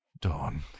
Dawn